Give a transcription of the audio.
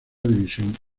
división